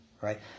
right